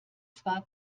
zwar